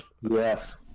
Yes